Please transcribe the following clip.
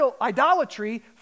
idolatry